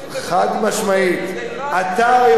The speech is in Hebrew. זה מה שמונע שלום, הנשק הגרעיני, לאירן?